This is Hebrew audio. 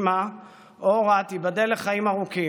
אימא אורה, תיבדל לחיים ארוכים,